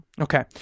Okay